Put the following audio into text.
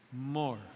more